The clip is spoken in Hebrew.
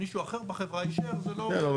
מישהו אחר בחברה אישר זה לא --- כן,